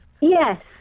Yes